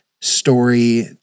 story